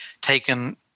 taken